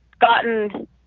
gotten